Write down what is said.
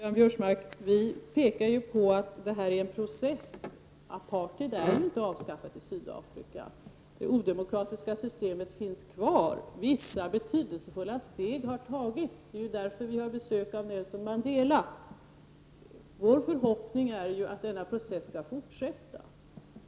Fru talman! Vi pekar ju på att det här är en process, Karl-Göran Biörsmark. Apartheid är ju inte avskaffat i Sydafrika. Det odemokratiska systemet finns kvar. Vissa betydelsefulla steg har tagits — det är därför vi har besök av Nelson Mandela. Vår förhoppning är att denna process skall fortsätta.